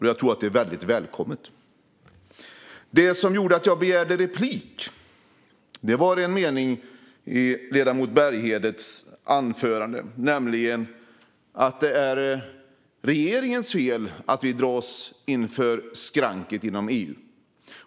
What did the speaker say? Jag tror att det är väldigt välkommet. Det som gjorde att jag begärde replik var en mening i ledamoten Berghedens anförande, nämligen att det är regeringens fel att vi dras inför skranket i EU.